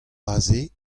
aze